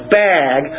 bag